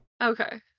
Okay